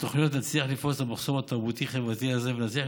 נצליח לפרוץ את המחסום התרבותי-חברתי הזה ונצליח